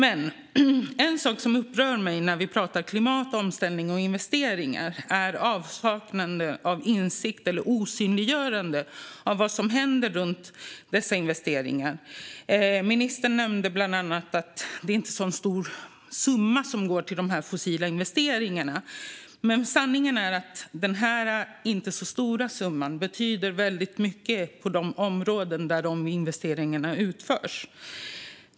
En sak som upprör mig när vi pratar klimat, omställning och investeringar är avsaknaden av insikt eller osynliggörandet av vad som händer runt dessa investeringar. Ministern nämnde bland annat att det inte är en så stor summa som går till de fossila investeringarna. Sanningen är dock att denna inte så stora summa betyder väldigt mycket i de områden där de investeringarna görs.